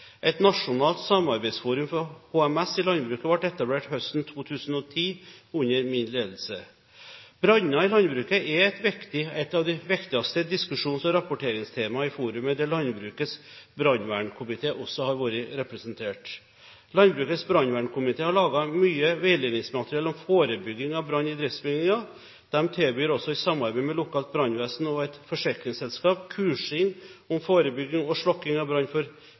Et nasjonalt samarbeidsforum for HMS i landbruket ble etablert høsten 2010 under min ledelse. Branner i landbruket er et av de viktigste diskusjons- og rapporteringstemaer i forumet, der Landbrukets brannvernkomité også har vært representert. Landbrukets brannvernkomité har laget mye veiledningsmateriell om forebygging av brann i driftsbygninger. De tilbyr også i samarbeid med lokalt brannvesen og et forsikringsselskap kursing om forebygging og slukking av brann for